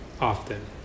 often